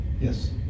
Yes